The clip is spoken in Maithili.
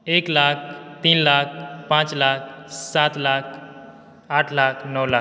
एक लाख तीन लाख पाँच लाख सात लाख आठ लाख नओ लाख